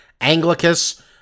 Anglicus